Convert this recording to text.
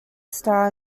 star